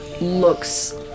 looks